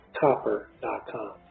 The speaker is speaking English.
copper.com